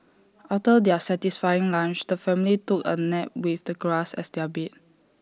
after their satisfying lunch the family took A nap with the grass as their bed